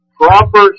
Proper